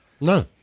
No